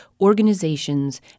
organizations